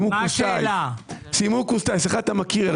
אחד אתה מכיר.